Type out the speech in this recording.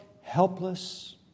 helpless